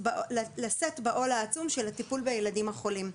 לשאת בעול העצום של הטיפול בילדים החולים.